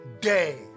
day